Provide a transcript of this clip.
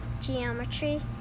geometry